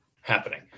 happening